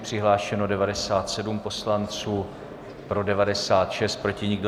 Přihlášeno 97 poslanců, pro 96, proti nikdo.